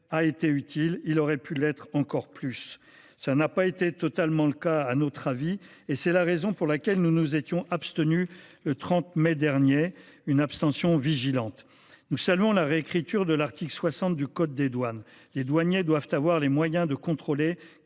a été utile, et il aurait pu l’être encore plus. Cela n’a pas été totalement le cas à notre avis, raison pour laquelle nous nous étions abstenus le 30 mai dernier – une abstention vigilante ! Nous saluons la réécriture de l’article 60 du code des douanes. Les douaniers doivent avoir les moyens de contrôler